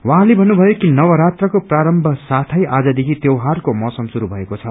उझैंले भन्नुभयो कि नवरात्रको प्रारम्भ साथै आजदेखि त्यौहारहरूको मौसम श्रूर भएक्षे छ